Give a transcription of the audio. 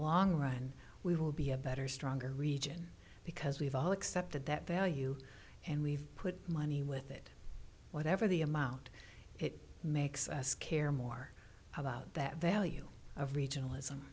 long run we will be a better stronger region because we've all accepted that value and we've put money with it whatever the amount it makes us care more about that value of regionalism